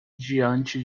diante